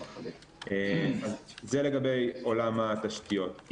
זה לגבי עולם התשתיות.